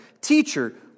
Teacher